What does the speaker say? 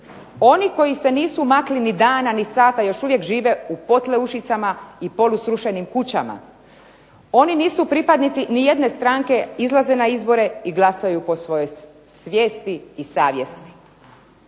Oni koji se nisu makli ni dana ni sata još uvijek žive u potleušicama i polusrušenim kućama. Oni nisu pripadnici nijedne stranke, izlaze na izboru i glasaju po svojoj svijesti i savjesti.